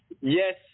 Yes